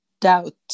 doubt